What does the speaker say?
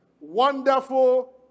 wonderful